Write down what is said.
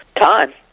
time